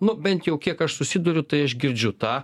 nu bent jau kiek aš susiduriu tai aš girdžiu tą